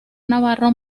navarro